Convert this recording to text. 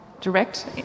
direct